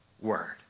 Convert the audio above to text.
word